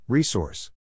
Resource